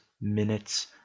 minutes